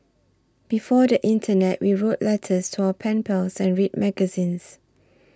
before the internet we wrote letters to our pen pals and read magazines